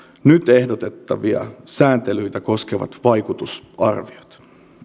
nyt ehdotettavia sääntelyitä koskevat vaikutusarviot